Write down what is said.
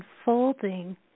unfolding